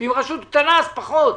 אם רשות קטנה, אז פחות,